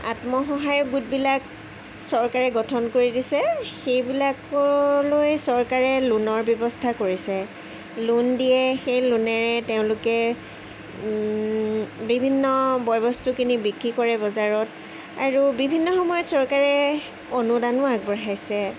আত্মসহায়ক গোটবিলাক চৰকাৰে গঠন কৰি দিছে সেইবিলাকলৈ চৰকাৰে লোনৰ ব্যৱস্থা কৰিছে লোন দিয়ে সেই লোনেৰে তেওঁলোকে বিভিন্ন বয় বস্তু কিনি বিক্ৰী কৰে বজাৰত আৰু বিভিন্ন সময়ত চৰকাৰে অনুদানো আগবঢ়াইছে